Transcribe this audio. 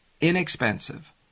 Inexpensive